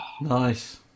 Nice